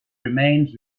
remains